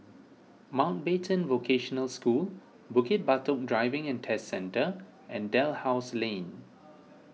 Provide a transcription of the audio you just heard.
Mountbatten Vocational School Bukit Batok Driving and Test Centre and Dalhousie Lane